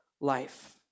life